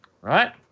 right